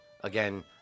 Again